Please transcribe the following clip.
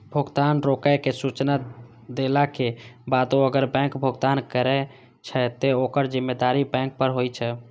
भुगतान रोकै के सूचना देलाक बादो अगर बैंक भुगतान करै छै, ते ओकर जिम्मेदारी बैंक पर होइ छै